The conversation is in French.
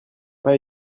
pas